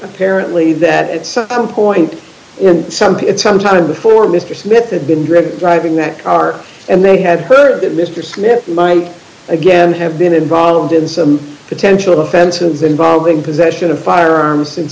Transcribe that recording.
apparently that at some point in something at some time before mister smith had been driven driving that car and they had heard that mister smith my again have been involved in some potential offenses involving possession of firearms since